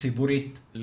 ציבורית,